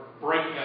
breaking